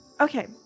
Okay